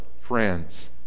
friends